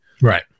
Right